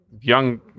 young